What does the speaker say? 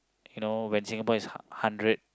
you know when Singapore is hun~ hundred